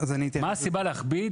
מהי הסיבה להכביד?